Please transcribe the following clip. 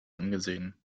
angesehen